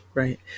right